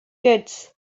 goods